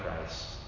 Christ